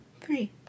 three